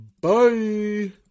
Bye